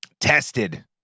tested